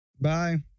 Bye